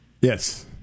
Yes